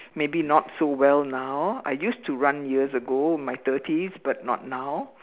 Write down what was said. maybe not so well now I used to run years ago in my thirties but not now